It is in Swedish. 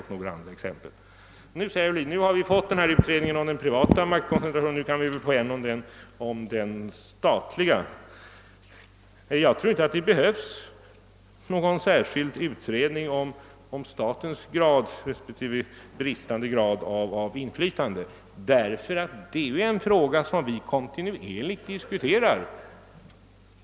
När denna utredning om den privata maktkoncentrationen nu har genomförts, anser herr Ohlin att vi borde få en utredning om den statliga maktkoncentrationen. Jag tror inte att det behövs någon särskild utredning om graden av statens inflytande eller bristande inflytande över näringslivet, ty det är frågor som riksdagen kontinuerligt diskuterar.